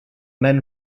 men